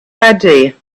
ready